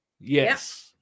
yes